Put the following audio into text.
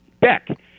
Beck